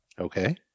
Okay